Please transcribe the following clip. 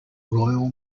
royal